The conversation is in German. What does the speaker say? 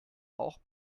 auch